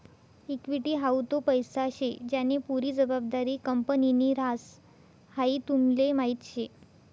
equity हाऊ तो पैसा शे ज्यानी पुरी जबाबदारी कंपनीनि ह्रास, हाई तुमले माहीत शे